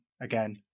again